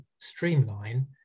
streamline